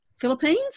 Philippines